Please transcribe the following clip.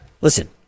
Listen